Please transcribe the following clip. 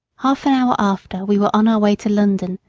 half an hour after we were on our way to london,